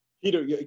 Peter